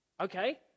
Okay